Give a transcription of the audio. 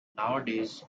nowadays